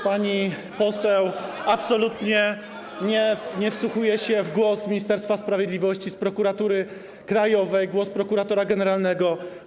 Pani poseł absolutnie nie wsłuchuje się w głos Ministerstwa Sprawiedliwości, Prokuratury Krajowej, głos prokuratora generalnego.